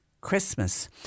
Christmas